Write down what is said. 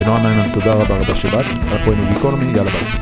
נועה מימן, תודה רבה רבה שבאת, אנחנו היינו גיקונומי, יאללה ביי.